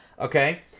Okay